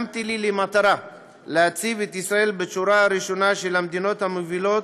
שמתי לי למטרה להציב את ישראל בשורה הראשונה של המדינות המובילות